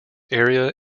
area